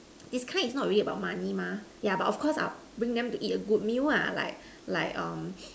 this kind is not really about money mah yeah but of course I will bring them to eat a good meal ah like like um